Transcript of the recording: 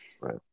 right